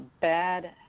bad